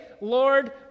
Lord